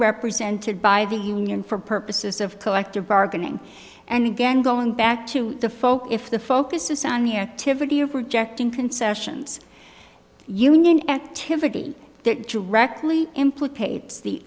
represented by the union for purposes of collective bargaining and again going back to the folk if the focus is on the activity of rejecting concessions union and typically that directly implicates the